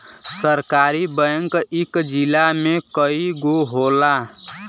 सहकारी बैंक इक जिला में कई गो होला